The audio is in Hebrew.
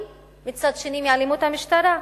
מצד שני, מתעלמים מאלימות המשטרה.